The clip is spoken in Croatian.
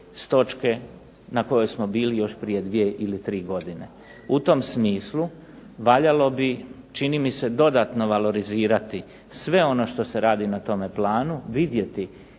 s točke na kojoj smo bili još prije 2 ili 3 godine. U tom smislu valjalo bi, čini mi se dodatno valorizirati sve ono što se radi na tome planu, vidjeti